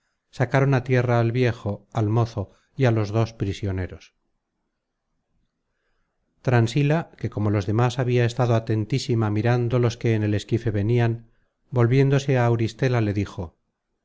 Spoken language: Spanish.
sacaron á tierra al viejo al mozo y á los dos prisioneros transila que como los demas habia estado atentísima mirando los que en el esquife venian volviéndose á auristela le dijo